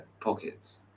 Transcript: Pockets